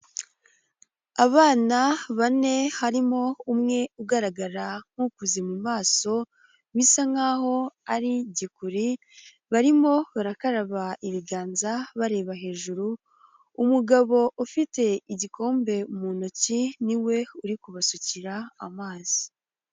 Abana bane harimo umwe ugaragara nk'ukuze mu maso, bisa nkaho ari igikuri, barimo barakaraba ibiganza bareba hejuru, umugabo ufite igikombe mu ntoki niwe uri kubasukira amazi.